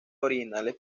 originales